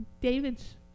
David's